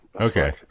Okay